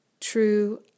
true